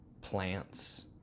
plants